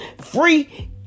free